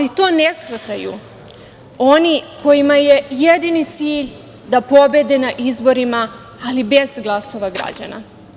To ne shvataju oni kojima je jedini cilj da pobede na izborima, ali bez glasova građana.